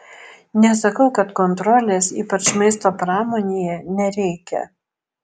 nesakau kad kontrolės ypač maisto pramonėje nereikia